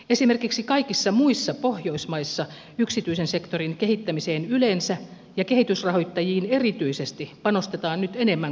esimerkiksi kaikissa muissa pohjoismaissa yksityisen sektorin kehittämiseen yleensä ja kehitysrahoittajiin erityisesti panostetaan nyt enemmän kuin suomessa